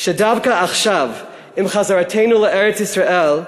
שדווקא עכשיו, עם חזרתנו לארץ-ישראל,